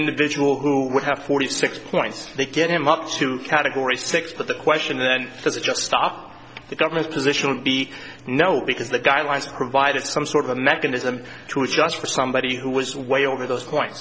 individual who would have forty six points they get him up to category six but the question then is it just stop the government position would be no because the guidelines provided some sort of a mechanism to adjust for somebody who was way over those points